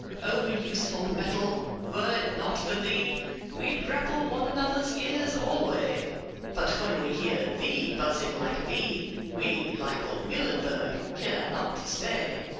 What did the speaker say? o useful metal were it not for thee we'd grapple one another's ears alway but when we hear thee buzzing like a bee we, like old muhlenberg, care not to stay.